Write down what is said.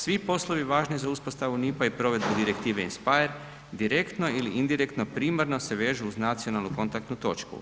Svi poslovi važni za uspostavu NIP-a i provedbu Direktive INSPIRE direktno ili indirektno, primarno se vežu uz nacionalnu kontaktnu točku.